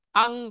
ang